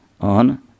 on